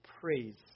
praise